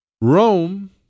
Rome